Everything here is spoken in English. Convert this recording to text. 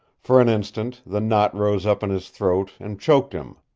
for an instant the knot rose up in his throat and choked him,